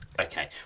Okay